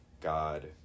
God